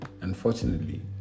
unfortunately